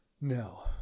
No